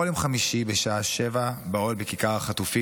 בכל יום חמישי בשעה 19:00 באוהל בכיכר החטופים